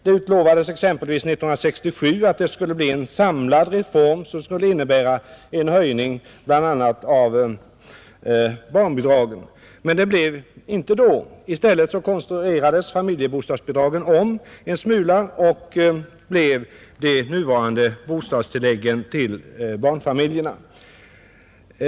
Det utlovades exempelvis 1967 att det skulle bli en samlad reform, som skulle innebära en höjning bl.a. av barnbidragen. Men det blev inte då någon sådan höjning. I stället konstruerades familjebostadsbidraget om en smula och omvandlades till det nuvarande bostadstillägget till barnfamiljerna.